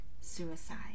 suicide